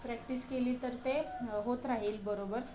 practice केली तर ते होत राहील बरोबर